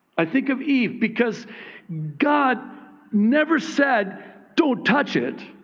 i think of eve because god never said, don't touch it.